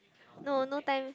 no no time